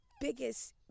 biggest